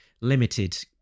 limited